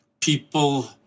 people